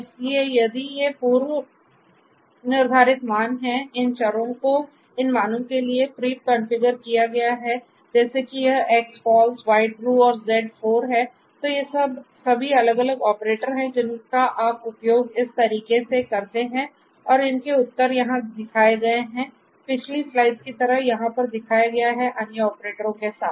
इसलिए यदि ये मान पूर्व निर्धारित हैं इन चरों को इन मानों के लिए प्री कॉन्फ़िगर किया गया है जैसे कि यह X false Y true और Z 4 है तो ये सभी अलग अलग ऑपरेटर है जिनका आप उपयोग इस तरीके से करते हैं और इनके उत्तर यहां दिखाए गए हैं पिछली स्लाइड्स की तरह यहां पर दिखाया गया है अन्य ऑपरेटरों के साथ